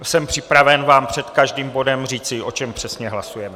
Jsem připraven vám před každým bodem říci, o čem přesně hlasujeme.